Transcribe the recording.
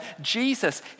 Jesus